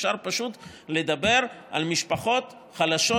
אפשר פשוט לדבר על משפחות חלשות